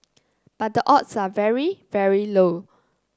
but the odds are very very low